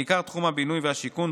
בעיקר תחום הבינוי והשיכון,